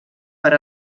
per